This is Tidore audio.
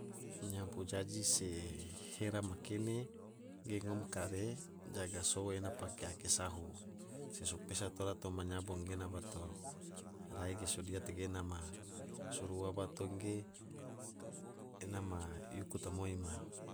Nyabo jaji se hera ma kene ge ngom kare jaga sou ena pake ake sahu se sopesa tora toma nyabo gena bato, rai ge sodia tegena ma suru ua bato ge ena ma yuku tomoi ma.